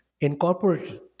incorporated